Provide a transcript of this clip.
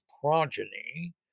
progeny